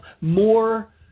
more